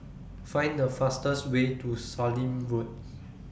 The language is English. Find The fastest Way to Sallim Road